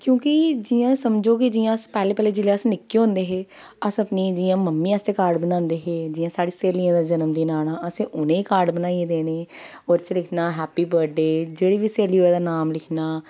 क्योंकि जि'यां समझो कि जि'यां अस पैह्लें पैह्लें जेल्लै अस निक्के होंदे हे अस अपनी जि'यां मम्मी आस्तै कार्ड बनांदे हे जि'यां साढ़ी स्हेलियें दा जन्मदिन आना असें उ'नें ई कार्ड बनाइयै देने ओह्दे च लिखना हैप्पी बर्थ डे जेह्ड़ी बी स्हेली होऐ ओह्दा नांऽ लिखना